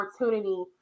opportunity